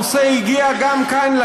הנושא הגיע גם לכאן,